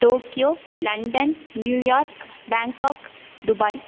Tokyo London New York Bangkok Dubai